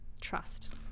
Trust